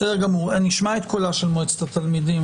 נשמע את קולם של מועצת התלמידים,